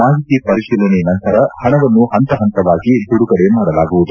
ಮಾಹಿತಿ ಪರಿಶೀಲನೆ ನಂತರ ಹಣವನ್ನು ಹಂತ ಹಂತವಾಗಿ ಬಿಡುಗಡೆ ಮಾಡಲಾಗುವುದು